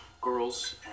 girls